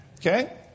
Okay